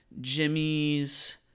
jimmy's